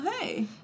Hey